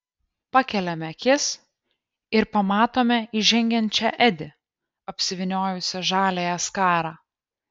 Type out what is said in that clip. pakeliame akis ir pamatome įžengiančią edi apsivyniojusią žaliąją skarą